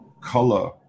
color